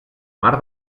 mar